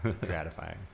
gratifying